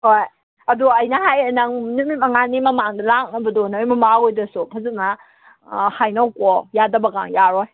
ꯍꯣꯏ ꯑꯗꯨ ꯑꯩꯅ ꯍꯥꯏꯔꯦ ꯅꯪ ꯅꯨꯃꯤꯠ ꯃꯉꯥꯅꯤ ꯃꯃꯥꯡꯗ ꯂꯥꯛꯅꯕꯗꯣ ꯅꯣꯏ ꯃꯃꯥ ꯍꯣꯏꯗꯁꯨ ꯐꯖꯟꯅ ꯍꯥꯏꯅꯧꯀꯣ ꯌꯥꯗꯕꯒ ꯌꯥꯔꯣꯏ